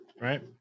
right